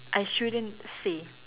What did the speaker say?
I shouldn't say